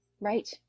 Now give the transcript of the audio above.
Right